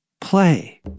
play